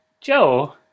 Joe